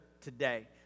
today